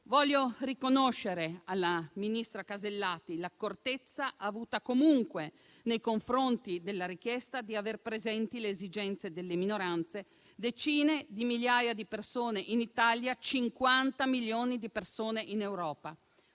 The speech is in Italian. Voglio riconoscere alla ministra Alberti Casellati l'accortezza avuta comunque nei confronti della richiesta di aver presenti le esigenze delle minoranze, decine di migliaia di persone in Italia, cinquanta milioni di persone in Europa.